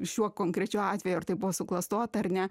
šiuo konkrečiu atveju ar tai buvo suklastota ar ne